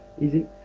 easy